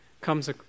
comes